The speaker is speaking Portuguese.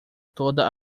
toda